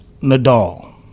Nadal